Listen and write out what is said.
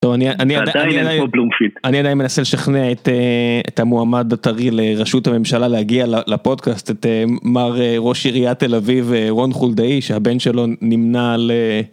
אני עדיין מנסה לשכנע את המועמד הטרי לראשות הממשלה להגיע לפודקאסט, את מר ראש עיריית תל אביב ורון חולדאי שהבן שלו נמנה על ...